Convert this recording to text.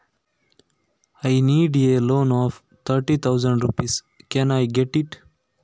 ನನಗೆ ಮೂವತ್ತು ಸಾವಿರ ರೂಪಾಯಿ ಸಾಲ ಬೇಕಿತ್ತು ಸಿಗಬಹುದಾ?